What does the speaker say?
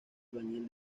albañil